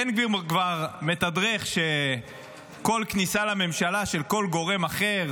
בן גביר כבר מתדרך שכל כניסה לממשלה של כל גורם אחר